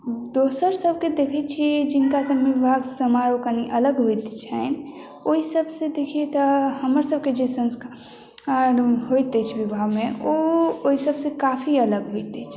दोसर सबके देखैत छियै जे हुनकर सभक विवाह समारोह कनी अलग होइत छनि ओहि सबसे देखियै तऽ हमर सबके जे संस्कार होइत अछि विवाहमे ओ ओहि सबसे काफी अलग होइत अछि